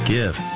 Give